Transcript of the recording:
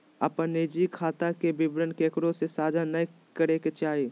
अपन निजी खाता के विवरण केकरो से साझा नय करे के चाही